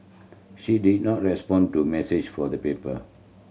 she did not respond to message for the paper